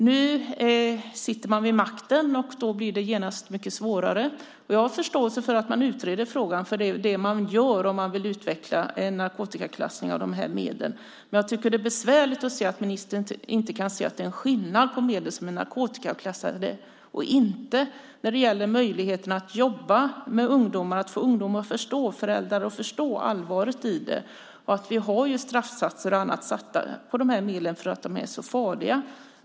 Nu sitter man vid makten, och då blir det genast mycket svårare. Jag har förståelse för att man utreder frågan, för det är det man gör om man vill utveckla en narkotikaklassning av de här medlen. Men jag tycker att det är bevärligt att se att ministern inte kan se att det är en skillnad mellan medel som är narkotikaklassade och medel som inte är det när det gäller möjligheten att jobba med ungdomar, att få ungdomar och föräldrar att förstå allvaret i det här. Vi har ju satt straffsatser och annat på de här medlen för att de är så farliga.